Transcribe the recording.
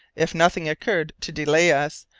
if nothing occurred to delay us,